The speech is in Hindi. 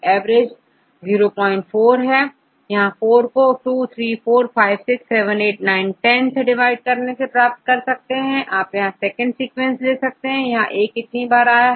एवरेज 04 है यह 4 को2345678910 डिवाइड करने से प्राप्त होता है आप यहां पर सेकंड सीक्वेंस ले सकते हैं यहां परA कितनी बार है